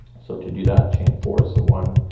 so to do that chain four. so one,